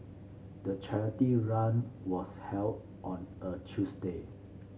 the charity run was held on a Tuesday